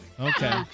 Okay